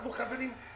אנחנו חברים,